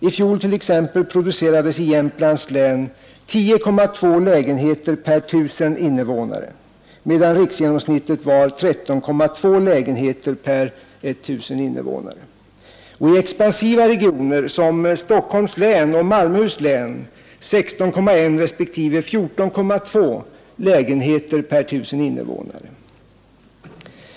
I fjol t.ex. producerades i Jämtlands län 10,2 lägenheter per 1 000 invånare, medan riksgenomsnittet var 13,2 lägenheter per 1 000 invånare. I expansiva regioner som Stockholms län och Malmöhus län var motsvarande siffror 16,1 respektive 14,2.